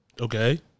Okay